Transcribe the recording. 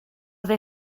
they